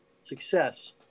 success